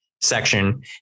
section